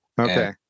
Okay